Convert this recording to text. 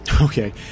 okay